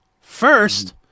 First